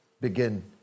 begin